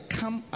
come